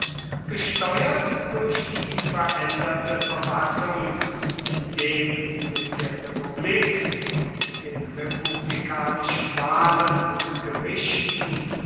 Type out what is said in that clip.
gesteuert durch die veränderte verfassung indem mit der republik und den republikanischen wahlen und gerichten